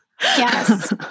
yes